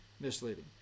misleading